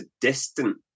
distant